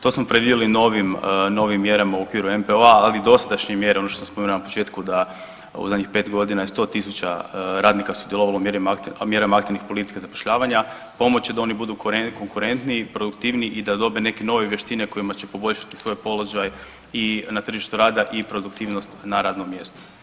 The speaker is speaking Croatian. To smo predvidjeli novim, novim mjerama u okviru NPO-a, ali i dosadašnje mjere što sam spomenuo na početku da u zadnjih 5 godina je 100.000 radnika sudjelovalo u mjerama aktivnih politika zapošljavanja, pomoći da oni budu konkurentniji, produktivniji i da dobe neke nove vještine kojima će poboljšati svoj položaj i na tržištu rada i produktivnost na radnom mjestu.